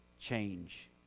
change